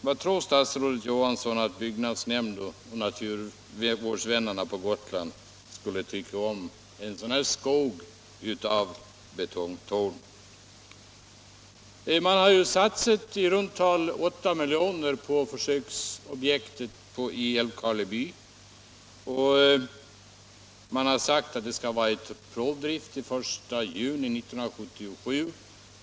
Vad tror statsrådet Johansson att byggnadsnämnder och naturvårdsvänner på Gotland skulle tycka om en sådan skog av betongtorn? I runt tal har man satsat 8 miljoner på försöksobjektet i Älvkarleby, och det har också sagts att provdriften skall pågå till I juni 1977.